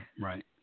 Right